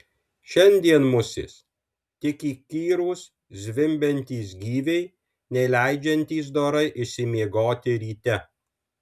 šiandien musės tik įkyrūs zvimbiantys gyviai neleidžiantys dorai išsimiegoti ryte